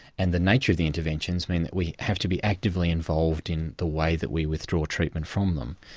and the nature of the interventions mean that we have to be actively involved in the way that we withdraw treatment from them.